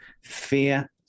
fear